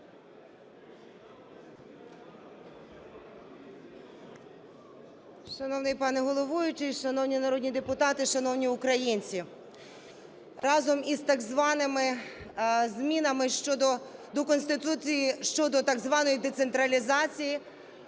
Шановний пане головуючий, шановні народні депутати, шановні українці! Разом із так званими змінами до Конституції щодо так званої децентралізації